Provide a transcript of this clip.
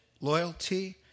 loyalty